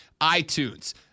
iTunes